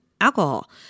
alcohol